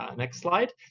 um next slide.